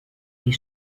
die